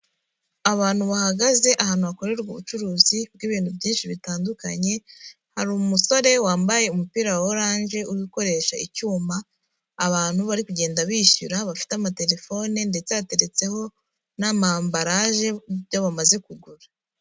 Abantu bahagaze ahantu hakorerwa ubucuruzi bw'ibintu byinshi bitandukanye, hari umusore wambaye umupira wa oranje uri gukoresha icyuma abantu bari kugenda bishyura bafite amatelefone ndetse hateretseho n'amambarage y'ibyo bamaze kugura.